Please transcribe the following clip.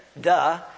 duh